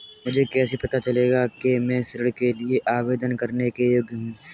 मुझे कैसे पता चलेगा कि मैं ऋण के लिए आवेदन करने के योग्य हूँ?